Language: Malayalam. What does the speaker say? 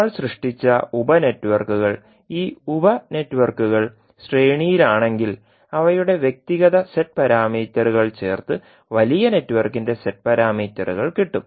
നമ്മൾ സൃഷ്ടിച്ച ഉപ നെറ്റ്വർക്കുകൾ ഈ ഉപ നെറ്റ്വർക്കുകൾ ശ്രേണിയിലാണെങ്കിൽ അവയുടെ വ്യക്തിഗത z പാരാമീറ്ററുകൾ ചേർത്ത് വലിയ നെറ്റ്വർക്കിന്റെ z പാരാമീറ്ററുകൾ കിട്ടും